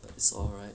it's alright